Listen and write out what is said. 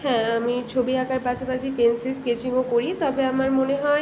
হ্যাঁ আমি ছবি আঁকার পাশাপাশি পেনসিল স্কেচিংও করি তবে আমার মনে হয়